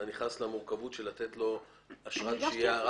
אתה נכנס למורכבות של לתת לו אשרת שהייה.